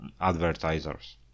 advertisers